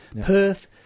Perth